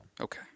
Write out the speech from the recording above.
Okay